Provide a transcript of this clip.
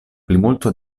plimulto